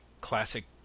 classic